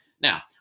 Now